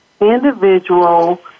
individual